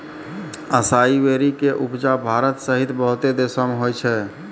असाई वेरी के उपजा भारत सहित बहुते देशो मे होय छै